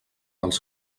dels